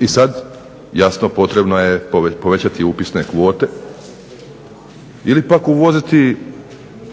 I sada jasno potrebno je povećati upisne kvote ili pak uvoziti